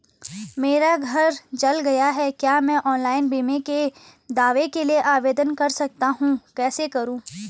मेरा घर जल गया है क्या मैं ऑनलाइन बीमे के दावे के लिए आवेदन कर सकता हूँ कैसे करूँ?